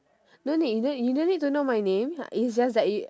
no need no need you don't need to know my name it's just that you